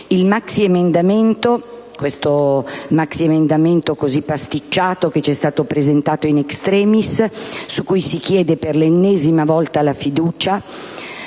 il mondo guarda. Il maxiemendamento così pasticciato che c'è stato presentato *in extremis*, su cui si chiede per l'ennesima volta la fiducia,